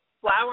flower